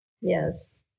Yes